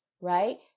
right